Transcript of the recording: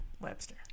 Webster